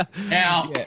now